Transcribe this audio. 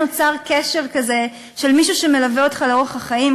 נוצר קשר כזה של מישהו שמלווה אותך לאורך החיים,